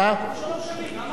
זה כבר שלוש שנים.